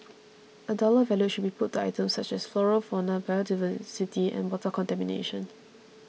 a dollar value should be put to items such as flora fauna biodiversity and water contamination